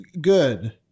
good